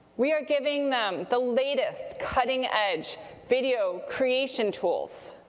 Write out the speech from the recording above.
we're giving them the latest cutting edge video creation tools,